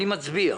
אני מצביע.